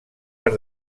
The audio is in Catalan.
per